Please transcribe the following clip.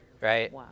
right